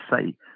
say